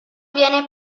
viene